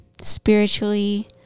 spiritually